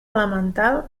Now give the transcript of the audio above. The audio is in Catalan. elemental